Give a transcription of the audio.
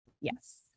Yes